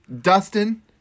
Dustin